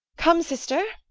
come, sister.